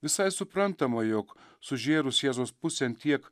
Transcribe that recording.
visai suprantama jog sužėrus jėzaus pusėn tiek